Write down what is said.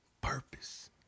purpose